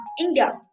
India